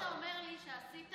מה שאתה אומר לי זה שעשית,